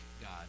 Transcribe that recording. God